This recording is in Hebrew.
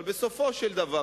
אבל בסופו של דבר,